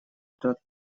тот